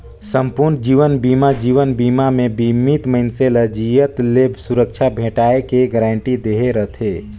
संपूर्न जीवन बीमा जीवन बीमा मे बीमित मइनसे ल जियत ले सुरक्छा भेंटाय के गारंटी दहे रथे